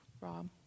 Rob